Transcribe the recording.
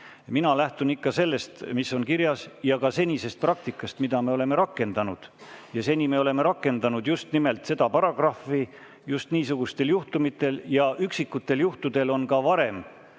Mina lähtun ikka sellest, mis on kirjas, ja ka senisest praktikast, mida me oleme rakendanud. Seni me oleme rakendanud just nimelt seda paragrahvi just niisugustel juhtumitel. Üksikutel juhtudel on ka varem